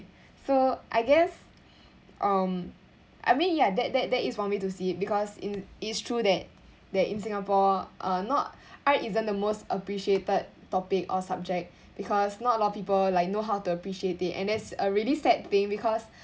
so I guess um I mean ya that that that is one way to see it because it it's true that that in singapore uh not art isn't the most appreciated topic or subject because not a lot of people like know how to appreciate it and that's a really sad thing because